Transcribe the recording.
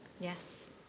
Yes